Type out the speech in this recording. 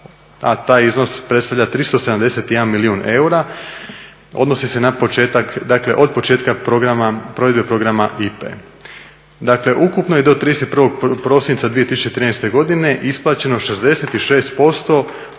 a taj iznos predstavlja 371 milijun eura. Odnosi se na početak, dakle od početka programa, provedbe programa IPA-e. Dakle, ukupno je do 31. prosinca 2013. godine isplaćeno 66% ukupno